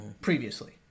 previously